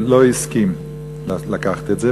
לא הסכים לקחת את זה,